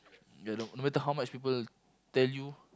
ya no no matter how much people tell you